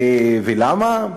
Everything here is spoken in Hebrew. ולמה?